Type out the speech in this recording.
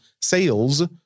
sales